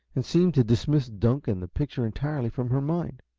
and seemed to dismiss dunk and the picture entirely from her mind.